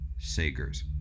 sagers